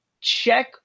check